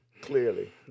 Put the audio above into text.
Clearly